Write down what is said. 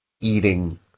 eating